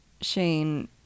Shane